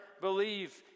believe